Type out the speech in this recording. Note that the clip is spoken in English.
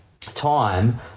time